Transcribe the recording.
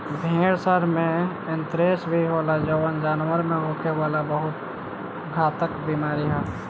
भेड़सन में एंथ्रेक्स भी होला जवन जानवर में होखे वाला बहुत घातक बेमारी हवे